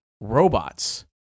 robots